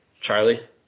Charlie